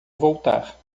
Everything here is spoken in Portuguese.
voltar